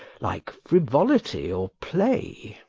like frivolity or play.